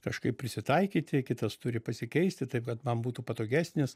kažkaip prisitaikyti kitas turi pasikeisti taip kad man būtų patogesnis